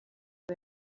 ngo